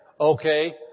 Okay